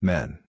Men